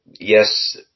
yes